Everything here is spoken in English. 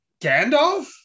Gandalf